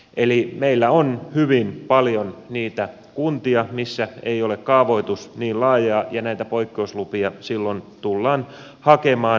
eli meillä on hyvin paljon niitä kuntia missä kaavoitus ei ole niin laajaa ja näitä poikkeuslupia silloin tullaan hakemaan